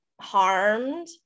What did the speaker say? harmed